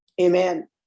Amen